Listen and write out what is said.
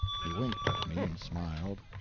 he winked at me, and smiled.